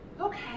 okay